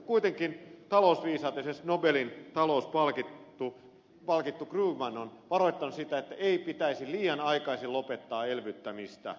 kuitenkin talousviisaat esimerkiksi nobelin talouspalkittu krugman ovat varoittaneet siitä että ei pitäisi liian aikaisin lopettaa elvyttämistä